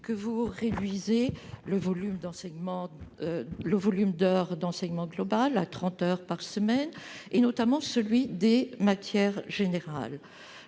que vous réduisez le volume d'heures d'enseignement global à 30 heures par semaine, notamment celui des matières générales